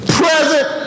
present